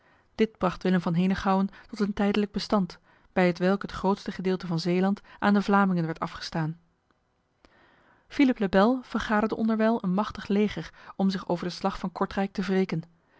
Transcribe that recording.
dit bracht willem van henegouwen tot een tijdelijk bestand bij hetwelk het grootste gedeelte van zeeland aan de vlamingen werd afgestaan philippe le bel vergaderde onderwijl een machtig leger om zich over de slag van kortrijk te wreken